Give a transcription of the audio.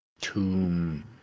tomb